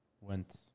went